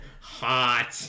Hot